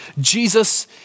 Jesus